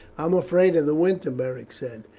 i am afraid of the winter, beric said,